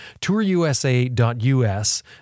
TourUSA.us